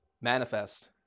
manifest